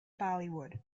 bollywood